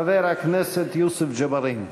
חבר הכנסת יוסף ג'בארין.